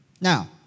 Now